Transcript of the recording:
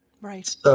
Right